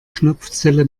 knopfzelle